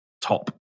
top